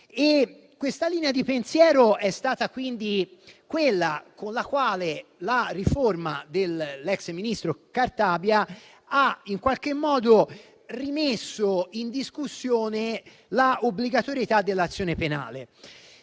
Questa linea di pensiero è stata quella con la quale la riforma dell'ex ministro Cartabia ha in qualche modo rimesso in discussione l'obbligatorietà dell'azione penale,